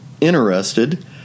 interested